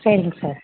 சரிங்க சார்